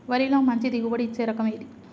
వరిలో మంచి దిగుబడి ఇచ్చే రకం ఏది?